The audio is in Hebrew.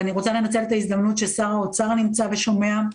ואני רוצה לנצל את ההזדמנות ששר האוצר נמצא ושומע,